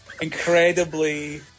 incredibly